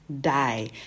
die